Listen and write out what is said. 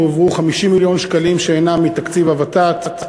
הועברו 50 מיליון שקלים שאינם מתקציב הוות"ת: